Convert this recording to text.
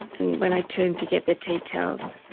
and when i turned to get the tea towels,